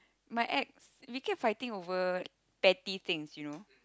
my ex we kept fighting over petty things you know